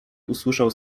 usłyszał